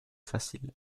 facile